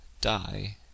die